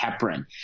heparin